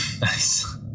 Nice